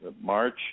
March